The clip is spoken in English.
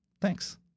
Thanks